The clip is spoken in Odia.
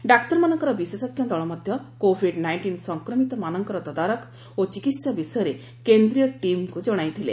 ଡାକ୍ତରମାନଙ୍କର ବିଶେଷଜ୍ଞ ଦଳ ମଧ୍ୟ କୋଭିଡ୍ ନାଇଣ୍ଟିନ୍ ସଂକ୍ରମିତମାନଙ୍କର ତଦାରଖ ଓ ଚିକିତ୍ସା ବିଷୟରେ କେନ୍ଦୀୟ ଟିମ୍ଙ୍କ ଜଣାଇଥିଲେ